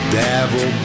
devil